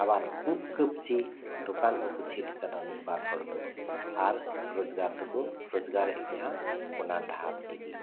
ᱟᱵᱟᱨ ᱩᱵ ᱠᱟᱹᱯᱪᱤ ᱫᱚᱠᱟᱱ ᱦᱚᱸᱠᱚ ᱡᱷᱤᱡ ᱟᱠᱟᱫᱟ ᱢᱤᱫ ᱵᱟᱨ ᱦᱚᱲ ᱫᱚ ᱟᱨ ᱨᱚᱡᱜᱟᱨ ᱫᱚᱠᱚ ᱨᱚᱡᱜᱟᱨᱮᱫ ᱜᱮᱭᱟ ᱚᱱᱟ ᱰᱟᱦᱟᱨ ᱛᱮᱜᱮ